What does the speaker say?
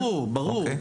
ברור, ברור, ברור.